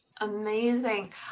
Amazing